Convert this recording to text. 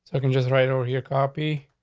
so can just right over your copy.